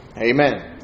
amen